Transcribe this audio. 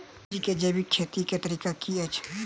सब्जी केँ जैविक खेती कऽ तरीका की अछि?